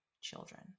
children